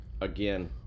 again